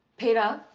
peter?